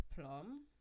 Plum